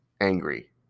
angry